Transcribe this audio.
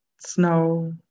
snow